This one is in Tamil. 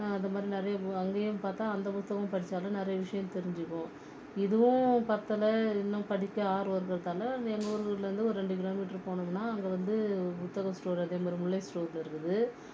அதை மாதிரி நிறைய பு அங்கேயும் பாத்தா அந்த புத்தகம் படித்தாலும் நிறைய விஷயம் தெரிஞ்சுக்குவோம் இதுவும் பற்றலை இன்னும் படிக்க ஆர்வம் இருக்கிறதால எங்கள் ஊர் உள்ளே இருந்து ஒரு ரெண்டு கிலோமீட்ரு போனமுன்னால் அங்கே வந்து ஒரு புத்தக ஸ்டோர் அதேமாரி முல்லை ஸ்டோர்ஸ் இருக்குது